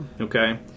Okay